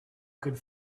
could